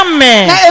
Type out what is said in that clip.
Amen